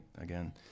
again